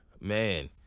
Man